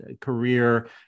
career